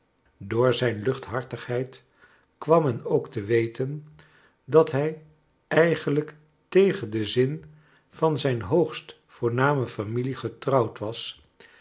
door zijn luchthartigheid kwam men ook te weten dat hij eigenlijk tegen den zin van zijn hoogst voorname familie getrouwd was